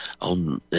on